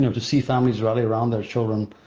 to see families rally around their children,